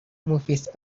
movies